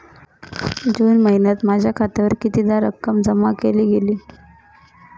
जून महिन्यात माझ्या खात्यावर कितीदा रक्कम जमा केली गेली?